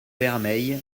vermeil